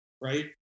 right